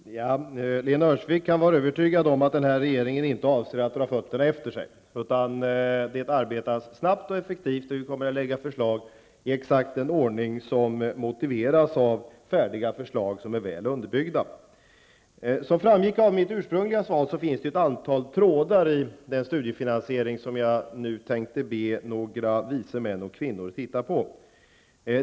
Fru talman! Lena Öhrsvik kan vara övertygad om att denna regering inte avser att dra fötterna efter sig utan arbetar snabbt och effektivt. Vi kommer att lägga fram förslag i exakt den ordning som motiveras av färdiga förslag som är väl underbyggda. Som framgick av mitt svar finns det ett antal trådar i det studiefinansieringsförslag som jag nu tänker be några visa män eller kvinnor att titta på.